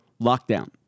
lockdown